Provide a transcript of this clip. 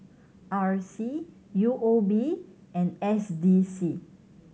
R C U O B and S D C